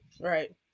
Right